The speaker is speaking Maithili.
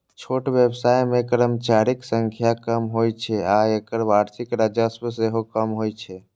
छोट व्यवसाय मे कर्मचारीक संख्या कम होइ छै आ एकर वार्षिक राजस्व सेहो कम होइ छै